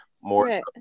more